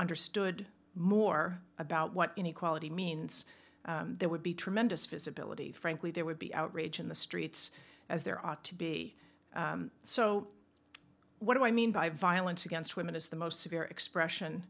understood more about what inequality means there would be tremendous visibility frankly there would be outrage in the streets as there ought to be so what do i mean by violence against women is the most severe expression